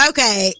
Okay